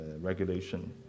regulation